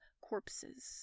corpses